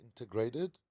integrated